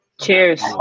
Cheers